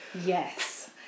Yes